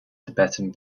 tibetan